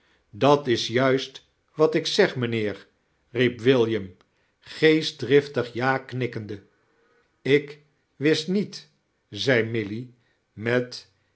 dat is juist wat ik zeg mijaheer riep william geestdriftig ja knikkend ik wist niet zei milly met